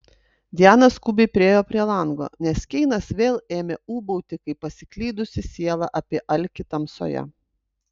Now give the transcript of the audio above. diana skubiai priėjo prie lango nes keinas vėl ėmė ūbauti kaip pasiklydusi siela apie alkį tamsoje